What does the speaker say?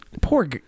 poor